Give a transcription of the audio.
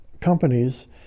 Companies